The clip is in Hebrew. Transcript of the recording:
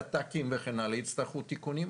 דת"קים וכן הלאה יצטרכו תיקונים,